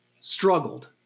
struggled